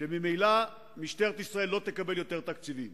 שממילא משטרת ישראל לא תקבל יותר תקציבים.